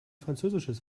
französisches